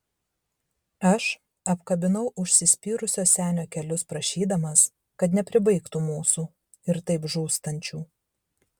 aš apkabinau užsispyrusio senio kelius prašydamas kad nepribaigtų mūsų ir taip žūstančių